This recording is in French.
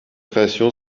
création